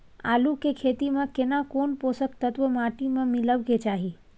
आलू के खेती में केना कोन पोषक तत्व माटी में मिलब के चाही?